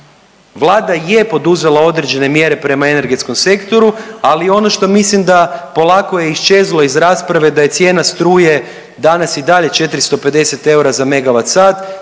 Vlada je poduzela određene mjere prema energetskom sektoru, ali ono što mislim da polako je iščezlo iz rasprave da je cijena struje danas i dalje 450 eura za